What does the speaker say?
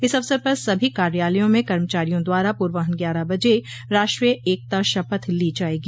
इस अवसर पर सभी कार्यालयों में कर्मचारियों द्वारा पूर्वान्ह ग्यारह बजे राष्टोय एकता शपथ ली जायेगी